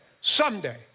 someday